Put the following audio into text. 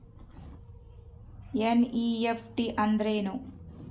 NEFT ಅಂದ್ರೆನು?